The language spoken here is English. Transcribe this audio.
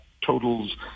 totals